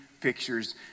pictures